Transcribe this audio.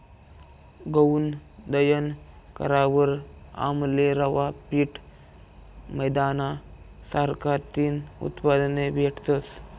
गऊनं दयन करावर आमले रवा, पीठ, मैदाना सारखा तीन उत्पादने भेटतस